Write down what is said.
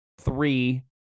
three